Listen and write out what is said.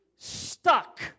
stuck